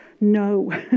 No